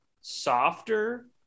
softer